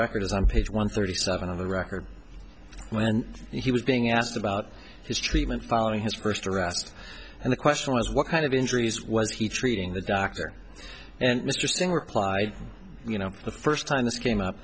records on page one thirty seven of the record when he was being asked about his treatment following his first arrest and the question was what kind of injuries was he treating the doctor and mr singh replied you know the first time this came up